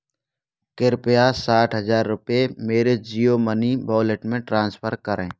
कृपया साठ हज़ार रुपये मेरे जियो मनी वॉलेट में ट्रांसफर करें